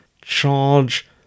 charge